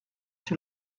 chez